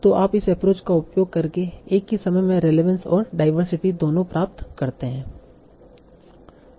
तो आप इस एप्रोच का उपयोग करके एक ही समय में रेलेवंस और डाइवर्सिटी दोनों प्राप्त करते हैं